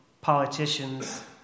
politicians